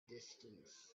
distance